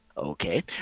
Okay